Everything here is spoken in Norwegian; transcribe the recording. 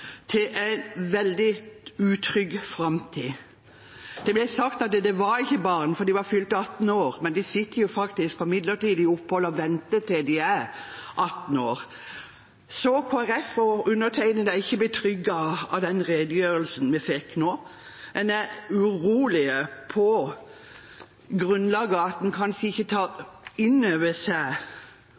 til en veldig utrygg framtid. Det ble sagt at de var ikke barn, for de var fylt 18 år, men de sitter faktisk på midlertidig opphold og venter til de er 18 år. Så Kristelig Folkeparti og undertegnede er ikke betrygget av den redegjørelsen vi fikk nå, man er urolig på grunn av at den kanskje ikke tar inn over seg